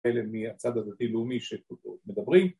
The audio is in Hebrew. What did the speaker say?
‫אלה מהצד הדתי-לאומי שמדברים.